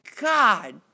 God